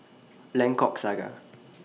Lengkok Saga